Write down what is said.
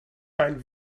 ein